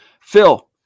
Phil